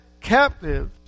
captives